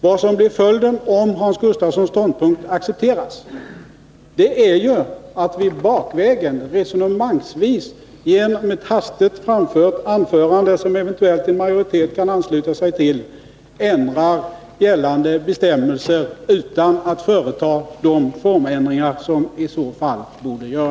Vad som blir följden, om Hans Gustafssons ståndpunkt accepteras, är ju Den statsrättsliga att vi bakvägen resonemangsvis genom ett hastigt framfört anförande, som betydelsen av eventuellt en majoritet kan ansluta sig till, ändrar gällande bestämmelser — konstitutionsututan att företa de formändringar som i så fall borde göras.